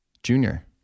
Junior